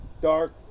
Dark